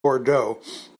bordeaux